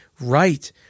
right